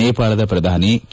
ನೇಪಾಳದ ಪ್ರಧಾನಿ ಕೆ